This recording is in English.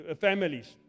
families